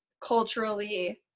culturally